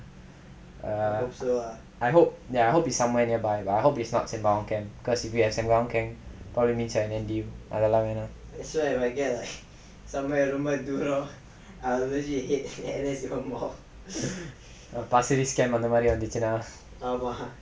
ya I hope that I hope is somewhere nearby but I hope it's not sembawang camp because if you have sembawang camp probably N_D_U அதெல்லா வேணு:athellaa venu pasir ris camp ah அந்தமாரி வந்துச்சுனா:anthamaari vanthuchunaa !aiya!